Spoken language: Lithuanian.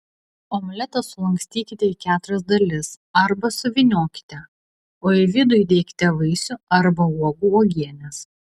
omletą sulankstykite į keturias dalis arba suvyniokite o į vidų įdėkite vaisių arba uogų uogienės